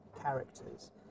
characters